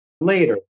later